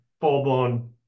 full-blown